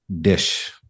dish